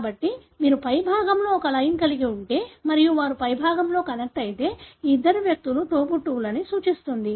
కాబట్టి మీరు పైభాగంలో ఒక లైన్ కలిగి ఉంటే మరియు వారు పైభాగంలో కనెక్ట్ అయితే ఈ ఇద్దరు వ్యక్తులు తోబుట్టువులు అని సూచిస్తుంది